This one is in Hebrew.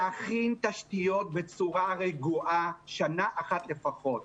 להכין תשתיות בצורה רגועה שנה אחת לפחות.